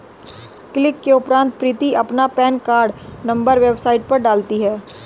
click के उपरांत प्रीति अपना पेन कार्ड नंबर वेबसाइट पर डालती है